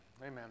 amen